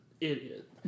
idiot